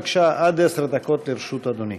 בבקשה, עד עשר דקות לרשות אדוני.